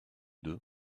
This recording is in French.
deux